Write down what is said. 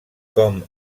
com